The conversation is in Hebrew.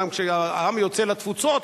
גם כשהעם יוצא לתפוצות,